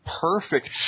perfect